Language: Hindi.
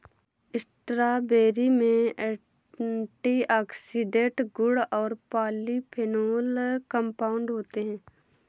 स्ट्रॉबेरी में एंटीऑक्सीडेंट गुण और पॉलीफेनोल कंपाउंड होते हैं